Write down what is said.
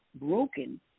broken